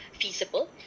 feasible